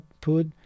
put